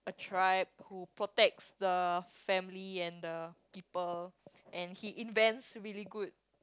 tribe who protects the family and the people and he invents really good